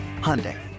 Hyundai